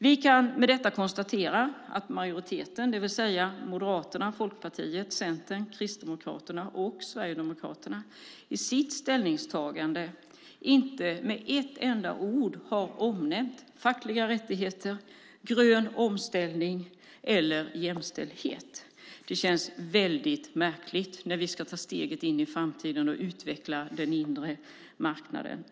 Vi kan med detta konstatera att majoriteten, det vill säga Moderaterna, Folkpartiet, Centerpartiet, Kristdemokraterna och Sverigedemokraterna, i sitt ställningstagande inte med ett enda ord har omnämnt fackliga rättigheter, grön omställning eller jämställdhet. Det känns mycket märkligt när vi ska ta steget in i framtiden och utveckla den inre marknaden.